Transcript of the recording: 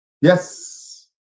Yes